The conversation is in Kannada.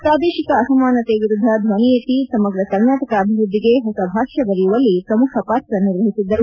ಪ್ರಾದೇಶಿಕ ಅಸಮಾನತೆ ವಿರುದ್ದ ಧ್ವಾಯೆತ್ತಿ ಸಮಗ್ರ ಕರ್ನಾಟಕ ಅಭಿವೃದ್ದಿಗೆ ಹೊಸ ಭಾಷ್ಯ ಬರೆಯುವಲ್ಲಿ ಶ್ರಮುಖ ಪಾತ್ರ ನಿರ್ವಹಿಸಿದ್ದರು